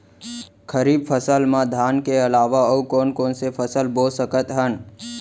खरीफ फसल मा धान के अलावा अऊ कोन कोन से फसल बो सकत हन?